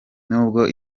n’ubwo